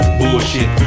bullshit